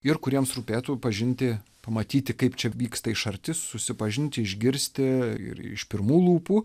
ir kuriems rūpėtų pažinti pamatyti kaip čia vyksta iš arti susipažinti išgirsti ir iš pirmų lūpų